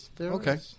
Okay